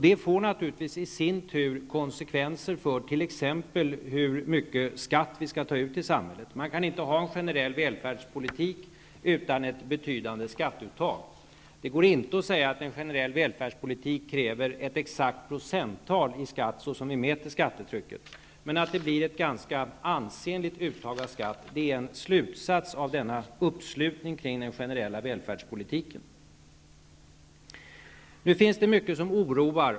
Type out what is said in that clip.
Det får naturligtvis i sin tur konsekvenser för t.ex. hur mycket skatt vi skall ta ut i samhället. Man kan inte ha en generell välfärdspolitik utan ett betydande skatteuttag. Det går inte att säga att en generell välfärdspolitik kräver ett exakt procenttal i skatt, såsom vi mäter skattetrycket. Men en slutsats av uppslutningen kring den generella välfärdspolitiken är att det blir ett ganska ansenligt uttag av skatt. Nu finns det mycket som oroar.